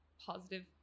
positive